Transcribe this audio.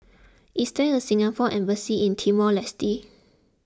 is there a Singapore Embassy in Timor Leste